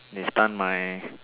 they stun my